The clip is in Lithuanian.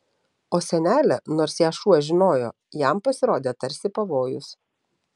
o senelė nors ją šuo žinojo jam pasirodė tarsi pavojus